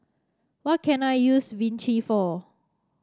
what can I use Vichy for